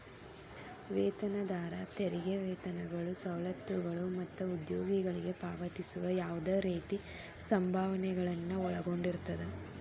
ವೇತನದಾರ ತೆರಿಗೆ ವೇತನಗಳು ಸವಲತ್ತುಗಳು ಮತ್ತ ಉದ್ಯೋಗಿಗಳಿಗೆ ಪಾವತಿಸುವ ಯಾವ್ದ್ ರೇತಿ ಸಂಭಾವನೆಗಳನ್ನ ಒಳಗೊಂಡಿರ್ತದ